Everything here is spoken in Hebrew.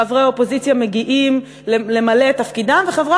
חברי האופוזיציה מגיעים למלא את תפקידם וחברי